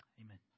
Amen